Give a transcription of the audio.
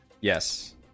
Yes